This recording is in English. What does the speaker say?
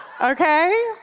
Okay